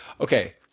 Okay